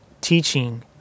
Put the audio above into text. teaching